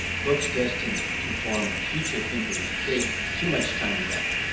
books destined to form future thinkers take too much time to write,